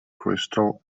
crystal